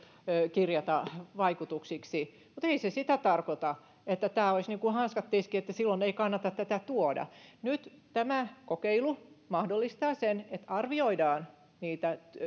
kirjata vaikutuksiksi mutta ei se sitä tarkoita että hanskat tiskiin ja silloin ei kannata tätä tuoda nyt tämä kokeilu mahdollistaa sen että arvioidaan niitä